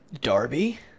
Darby